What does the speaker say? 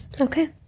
okay